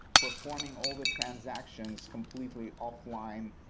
performing all the transactions completely offline,